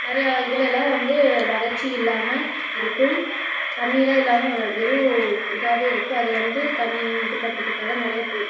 நிறையா இதுலேலாம் வந்து வறட்சி இல்லாமல் இருக்கும் தண்ணியெலாம் இல்லாமல் வெறும் இதாகவே இருக்கும் அதுவந்து தண்ணி இது பண்ணுறதுக்காக நிறையா பொ